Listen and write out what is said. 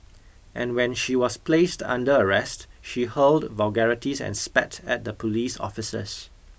and when she was placed under arrest she hurled vulgarities and spat at the police officers